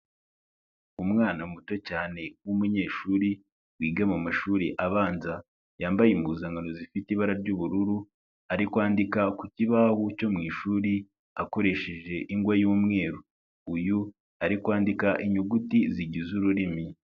Umwana muto cyane w'umunyeshuri wiga mu mashuri abanza, yambaye impuzankano zifite ibara ry'ubururu, ari kwandika ku kibaho cyo mu ishuri akoresheje ingwa y'umweru. Uyu, ari kwandika inyuguti zigize ururimi.